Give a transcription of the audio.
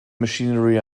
machinery